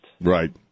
Right